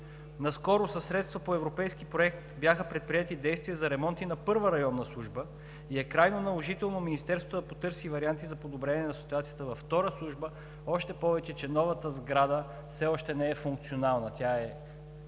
Наскоро със средства по европейски проект бяха предприети действия за ремонти на Първа районна служба и е крайно наложително Министерството да потърси варианти за подобрение на ситуацията във Втора служба, още повече че новата сграда все още не е функционална. Тя е